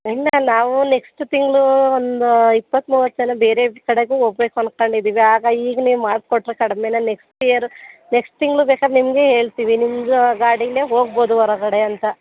ಇಲ್ಲ ನಾವು ನೆಕ್ಸ್ಟ್ ತಿಂಗಳು ಒಂದು ಇಪ್ಪತ್ತು ಮೂವತ್ತು ಜನ ಬೇರೆ ಕಡೆಗೂ ಹೋಗ್ಬೇಕು ಅನ್ಕೊಂಡಿದೀವಿ ಆಗ ಈಗಲೇ ಮಾಡಿಕೊಟ್ರೆ ಕಡ್ಮೆಯಲ್ಲಿ ನೆಕ್ಸ್ಟ್ ಇಯರ್ ನೆಕ್ಸ್ಟ್ ತಿಂಗ್ಳು ಬೇಕಾದ್ರ್ ನಿಮಗೆ ಹೇಳ್ತಿವಿ ನಿಮ್ಮದು ಗಾಡಿಲೇ ಹೋಗ್ಬೋದು ಹೊರಗಡೆ ಅಂತ